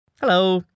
Hello